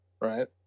right